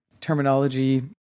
terminology